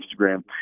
Instagram